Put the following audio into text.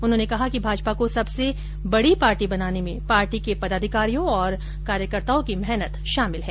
उन्होंने कहा कि भाजपा को सबसे बड़ी पार्टी बनाने में पार्टी के पदाधिकारियों और कार्यकर्ताओं की मेहनत शामिल है